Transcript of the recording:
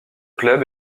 club